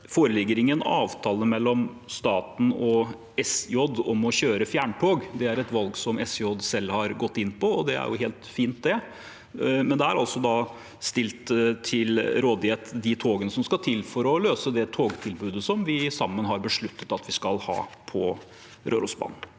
foreligger noen avtale mellom staten og SJ om å kjøre fjerntog. Det er et valg som SJ selv har gått inn på, og det er helt fint, men de togene som skal til for å løse togtilbudet vi sammen har besluttet at vi skal ha på Rørosbanen,